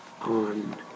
on